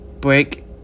break